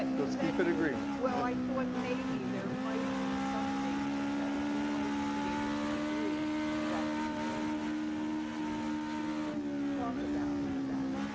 let's keep it agreements. well, i thought maybe there might be something that we might be able to agree that we do indeed need to talk about that.